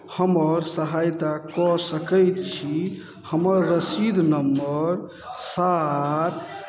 हमर सहायता कऽ सकैत छी हमर रसीद नम्मर सात